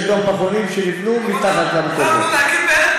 יש גם פחונים שנבנו מתחת למקומות.